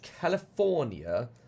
California